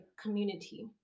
community